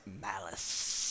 malice